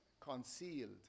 concealed